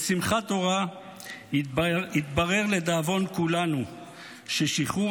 בשמחת תורה התברר לדאבון כולנו ששחרור